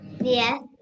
Yes